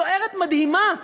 צוערת מדהימה,